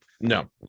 no